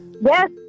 yes